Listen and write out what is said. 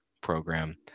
program